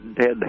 dead